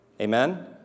Amen